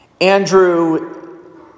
Andrew